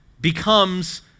becomes